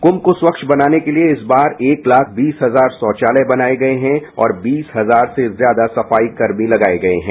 क्म को स्वच्छ बनाने के लिए इस बार एक लाख बीस हजार शौचालय बनाए गए हैं और बीस हजार से ज्यादा सफाईकर्मी लगाए गए हैं